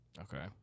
Okay